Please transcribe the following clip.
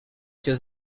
cię